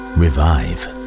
revive